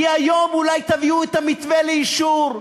כי היום אולי תביאו את המתווה לאישור,